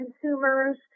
consumers